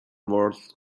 world